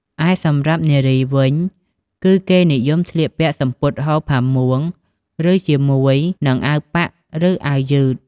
ឯសម្រាប់់នារីវិញគឺគេនិយមស្លៀកពាក់សំពត់ហូល ផាមួងឬជាមួយនឹងអាវប៉ាក់ឬអាវយឺត។